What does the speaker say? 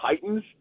titans